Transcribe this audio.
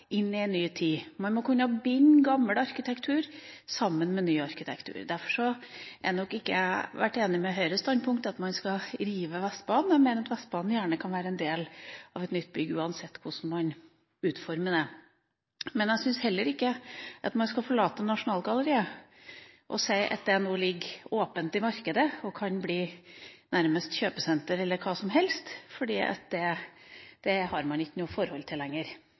inn i en ny tid. Man må kunne binde gammel arkitektur sammen med ny. Derfor har jeg ikke vært enig i Høyres standpunkt at man skal rive Vestbanen. Vestbanen må gjerne være en del av et nytt bygg uansett hvordan man utformer det. Jeg syns heller ikke at man skal forlate Nasjonalgalleriet og si at det nå ligger åpent i markedet og nærmest kan bli et kjøpesenter eller hva som helst fordi man ikke har noe forhold til lenger.